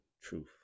truth